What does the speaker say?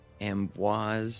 Amboise